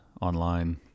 online